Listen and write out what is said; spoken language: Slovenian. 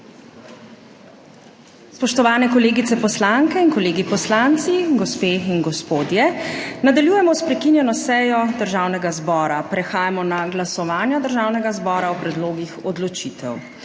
Spoštovani kolegice poslanke in kolegi poslanci, gospe in gospodje! Nadaljujemo s prekinjeno sejo Državnega zbora. Prehajamo na glasovanja Državnega zbora o predlogih odločitev.